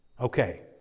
Okay